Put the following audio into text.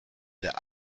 der